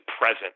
present